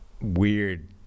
weird